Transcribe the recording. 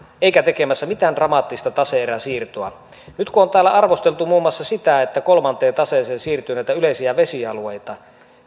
eikä tekemässä mitään dramaattista tase erän siirtoa nyt täällä on arvosteltu muun muassa sitä että kolmanteen taseeseen on siirretty näitä yleisiä vesialueita